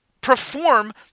perform